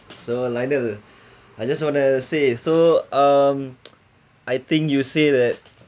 so lionel I just wanna say so um I think you say that